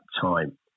time